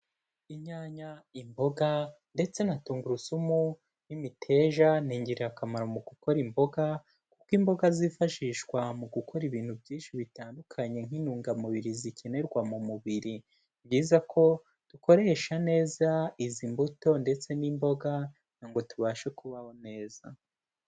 Inyanya, imboga ndetse na tungurusumu n'imiteja ni ingirakamaro mu gukora imboga, kuko imboga zifashishwa mu gukora ibintu byinshi bitandukanye nk'intungamubiri zikenerwa mu mubiri. Ni byiza ko dukoresha neza izi mbuto ndetse n'imboga ngo tubashe kubaho neza.